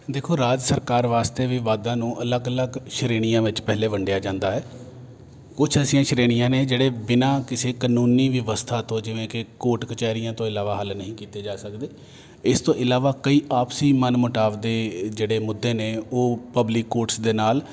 ਦੇਖੋ ਰਾਜ ਸਰਕਾਰ ਵਾਸਤੇ ਵੀ ਵਾਦਾਂ ਨੂੰ ਅਲੱਗ ਅਲੱਗ ਸ਼੍ਰੇਣੀਆਂ ਵਿੱਚ ਪਹਿਲੇ ਵੰਡਿਆ ਜਾਂਦਾ ਹੈ ਕੁਝ ਐਸੀਆਂ ਸ਼੍ਰੇਣੀਆਂ ਨੇ ਜਿਹੜੇ ਬਿਨਾਂ ਕਿਸੇ ਕਾਨੂੰਨੀ ਵਿਵਸਥਾ ਤੋਂ ਜਿਵੇਂ ਕਿ ਕੋਟ ਕਚਹਿਰੀਆਂ ਤੋਂ ਇਲਾਵਾ ਹੱਲ ਨਹੀਂ ਕੀਤੇ ਜਾ ਸਕਦੇ ਇਸ ਤੋਂ ਇਲਾਵਾ ਕਈ ਆਪਸੀ ਮਨ ਮੁਟਾਵ ਦੇ ਜਿਹੜੇ ਮੁੱਦੇ ਨੇ ਉਹ ਪਬਲਿਕ ਕੋਰਟਸ ਦੇ ਨਾਲ